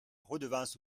redevance